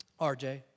RJ